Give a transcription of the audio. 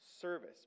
service